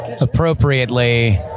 appropriately